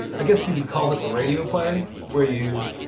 i guess you could call this a radio play, where you